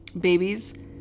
Babies